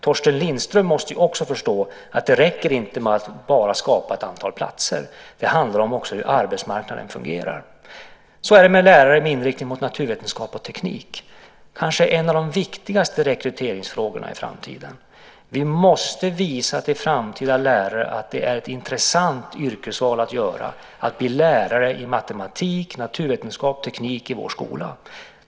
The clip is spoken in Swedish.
Torsten Lindström måste ju förstå att det inte räcker med att bara skapa ett antal platser. Det handlar också om hur arbetsmarknaden fungerar. Så är det med lärare med inriktning mot naturvetenskap och teknik, kanske en av de viktigaste rekryteringsfrågorna i framtiden. Vi måste visa för framtida lärare att det är ett intressant yrkesval att bli lärare i matematik, naturvetenskap och teknik i vår skola.